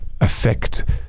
affect